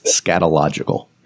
scatological